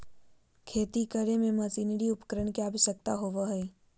खेती करे में मशीनरी उपकरण के आवश्यकता होबो हइ